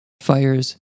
fires